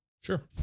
Sure